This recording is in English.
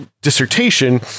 dissertation